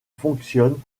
fonctionnent